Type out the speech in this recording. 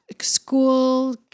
school